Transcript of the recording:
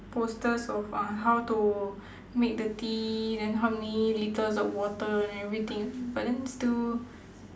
posters of uh how to make the tea then how many litres of water and everything but then still